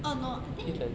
oh no I think